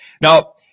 Now